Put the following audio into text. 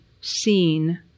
seen